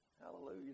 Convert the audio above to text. Hallelujah